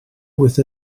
with